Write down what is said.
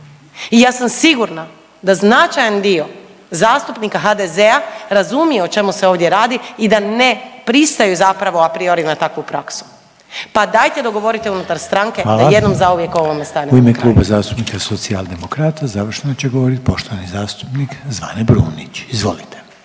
I ja sam sigurna da značaj dio zastupnika HDZ-a razumije o čemu se ovdje radi i da ne pristaju zapravo apriori na takvu praksu. Pa dajte dogovorite unutar stranke …/Upadica: Hvala./… da jednom zauvijek ovome stanemo na kraj. **Reiner, Željko (HDZ)** U ime Kluba zastupnika Socijaldemokrata završno će govorit poštovani zastupnik Zvane Brumnić. Izvolite.